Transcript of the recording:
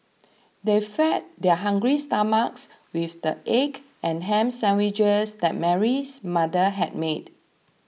they fed their hungry stomachs with the egg and ham sandwiches that Mary's mother had made